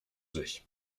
sich